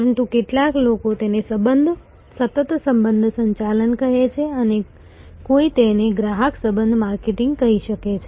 પરંતુ કેટલાક લોકો તેને સતત સંબંધ સંચાલન કહે છે અથવા કોઈ તેને ગ્રાહક સંબંધ માર્કેટિંગ કહી શકે છે